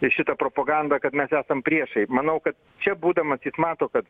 ir šitą propagandą kad mes esam priešai manau kad čia būdamas jis mato kad